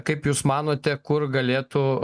kaip jūs manote kur galėtų